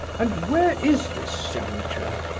and where is this signature?